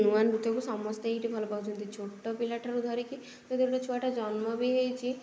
ନୂଆ ନୃତ୍ୟକୁ ସମସ୍ତେ ଏଇଠି ଭଲ ପାଉଛନ୍ତି ଛୋଟ ପିଲା ଠାରୁ ଧରିକି ଯଦି ଗୋଟେ ଛୁଆଟେ ଜନ୍ମ ବି ହେଇଛି